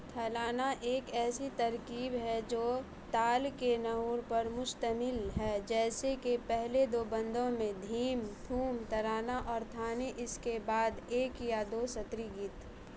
تھلانہ ایک ایسی ترکیب ہے جو تال کے نہور پر مشتمل ہے جیسے کہ پہلے دو بندوں میں دھیم تھوم ترانہ اور تھانے اس کے بعد ایک یا دو سطری گیت